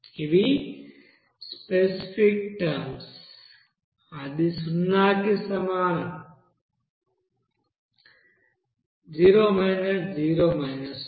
ఇవి specific terms అది సున్నాకి సమానం 4